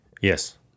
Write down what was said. Yes